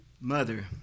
mother